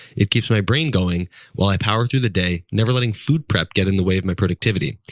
it keeps my brain going while i power through the day, never letting food prep get in the way of my productivity.